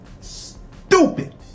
stupid